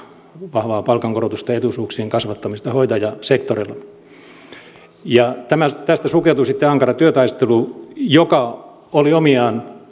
vahvaa palkankorotusta ja etuisuuksien kasvattamista hoitajasektorilla tästä sukeutui sitten ankara työtaistelu joka oli omiaan